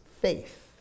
faith